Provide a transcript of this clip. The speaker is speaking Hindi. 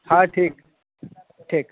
हाँ ठीक ठीक